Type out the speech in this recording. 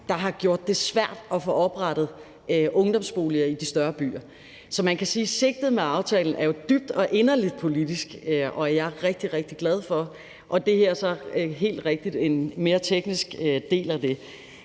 der har gjort det svært at få oprettet ungdomsboliger i de større byer. Så man kan sige, at sigtet med aftalen jo er dybt og inderligt politisk, og jeg er rigtig, rigtig glad for den, og det her er så helt rigtigt en mere teknisk del af det.